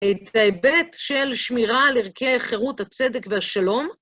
בהיבט של שמירה על ערכי החירות, הצדק והשלום.